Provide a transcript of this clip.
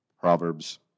Proverbs